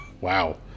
wow